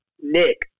Nick